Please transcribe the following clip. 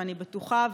ואני בטוחה,